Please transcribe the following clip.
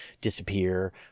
disappear